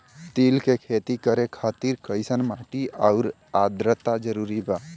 तिल के खेती करे खातिर कइसन माटी आउर आद्रता जरूरी बा?